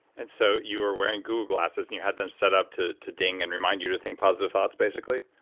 and so you were wearing google glasses and you had them set up to to ding and remind you to think positive thoughts basically?